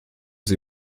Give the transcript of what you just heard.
sie